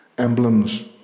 emblems